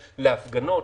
להפגנות,